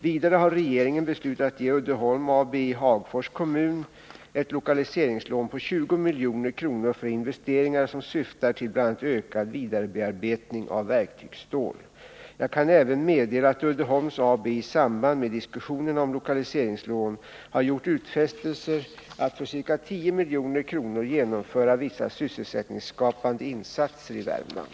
Vidare har regeringen beslutat att ge Uddeholms AB i Hagfors kommun ett lokaliseringslån på 20 milj.kr. för investeringar som syftar till bl.a. ökad vidarebearbetning av verktygsstål. Jag kan även meddela att Uddeholms AB i samband med diskussionerna om lokaliseringslån har gjort utfästelser att för ca 10 milj.kr. genomföra vissa sysselsättningsskapande insatser i Värmland.